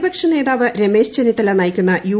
പ്രതിപക്ഷ നേതാവ് രമേശ് ചെന്നിത്തല നയിക്കുന്ന യു